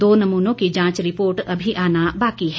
दो नमूनों की जांच रिपोर्ट अभी आना बाकी है